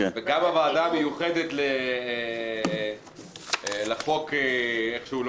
וגם הוועדה המיוחדת לחוק איך שהוא לא